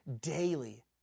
daily